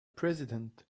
president